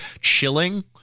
chilling